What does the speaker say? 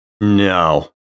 No